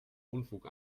unfug